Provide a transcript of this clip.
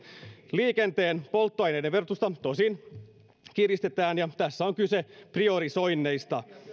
liikenteen polttoaineiden verotusta tosin kiristetään ja tässä on kyse priorisoinneista